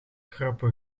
kruipen